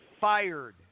fired